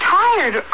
tired